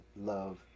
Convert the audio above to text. love